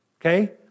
okay